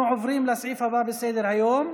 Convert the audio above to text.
אנחנו עוברים לסעיף הבא בסדר-היום,